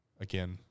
again